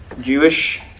Jewish